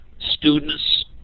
students